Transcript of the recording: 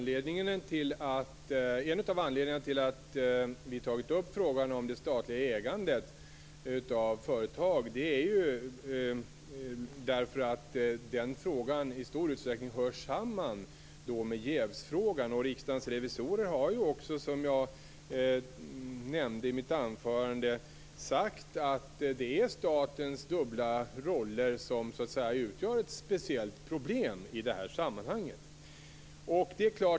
Herr talman! En av anledningarna till att vi har tagit upp frågan om statligt ägande beror på att den frågan i stor utsträckning hör samman med jävsfrågan. Av rapporten från Riksdagens revisorer framgår också att statens dubbla roller utgör ett speciellt problem.